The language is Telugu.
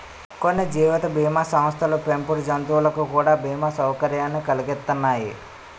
కొన్ని జీవిత బీమా సంస్థలు పెంపుడు జంతువులకు కూడా బీమా సౌకర్యాన్ని కలిగిత్తన్నాయి